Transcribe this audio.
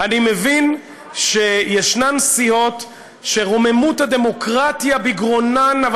אני מבין שיש סיעות שרוממות הדמוקרטיה בגרונן אבל